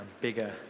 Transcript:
bigger